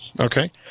Okay